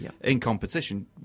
In-competition